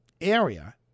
area